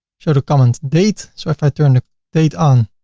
show the comment date. so if i turn the date on,